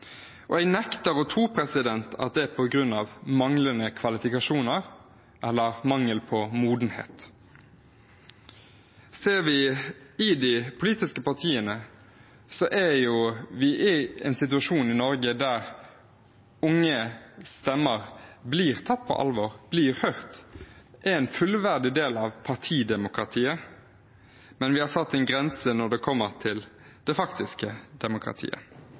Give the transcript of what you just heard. og jeg nekter å tro at det er på grunn av manglende kvalifikasjoner eller mangel på modenhet. Ser vi på de politiske partiene, er vi i en situasjon i Norge der unge stemmer blir tatt på alvor, blir hørt, er en fullverdig del av partidemokratiet, men vi har satt en grense når det kommer til det faktiske demokratiet.